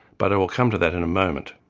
but i will come to that in a moment.